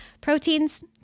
Proteins